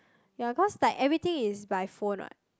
ya cause like everything is by phone what